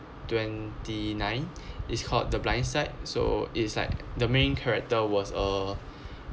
twenty nine is called the blind side so it's like the main character was uh